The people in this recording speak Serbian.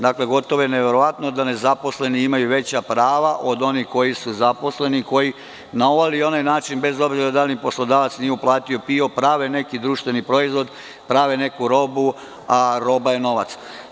Dakle, gotovo je neverovatno da nezaposleni imaju veća prava od onih koji su zaposleni, koji na ovaj ili onaj način, bez obzira da li im poslodavac nije uplatio PIO, prave neki društveni proizvode, prave neku robu, a roba je novac.